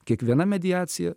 kiekviena mediacija